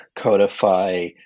codify